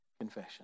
Confession